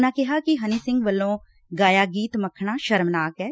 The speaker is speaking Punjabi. ਉਨ੍ਹਾਂ ਕਿਹਾ ਕਿ ਹਨੀ ਸਿੰਘ ਵਲੋਂ ਗਾਇਆ ਗੀਤ ਮੱਖਣਾ ਸ਼ਰਮਨਾਕ ਏ